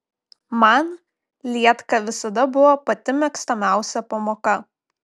man lietka visada buvo pati mėgstamiausia pamoka